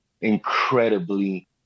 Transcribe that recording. incredibly